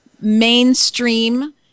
mainstream